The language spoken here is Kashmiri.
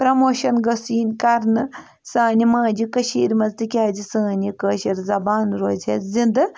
پرٛموشَن گٔژھ یِنۍ کَرنہٕ سانہِ ماجہِ کٔشیٖرِ منٛز تِکیٛازِ سٲنۍ یہِ کٲشٕر زبان روزِہَہ زِنٛدٕ